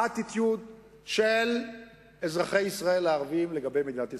ה-attitude של אזרחי ישראל הערבים לגבי מדינת ישראל.